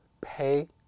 pay